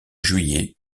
juillet